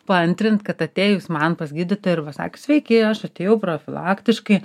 paantrint kad atėjus man pas gydytoją ir va sakius sveiki aš atėjau profilaktiškai